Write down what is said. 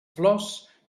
flors